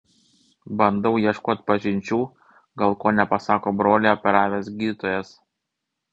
bandau ieškot pažinčių gal ko nepasako brolį operavęs gydytojas